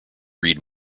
read